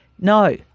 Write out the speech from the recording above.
No